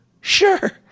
sure